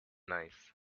nice